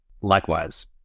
likewise